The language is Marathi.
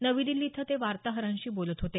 नवी दिल्ली इथं वार्ताहरांशी ते बोलत होते